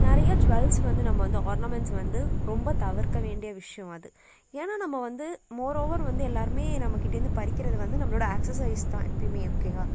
நிறைய ஜூவல்ஸ் வந்து நம்ம வந்து ஆர்னமெண்ட்ஸ் வந்து ரொம்ப தவிர்க்க வேண்டிய விஷயம் அது ஏன்னா நம்ம வந்து மோரோவர் வந்து எல்லோருமே நம்ம கிட்டேருந்து பறிக்கிறது வந்து நம்மளோடய ஆக்சிஸரீஸ் தான் எப்போயுமே ஓகேவா